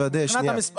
זה בסדר.